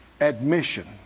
admission